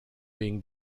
being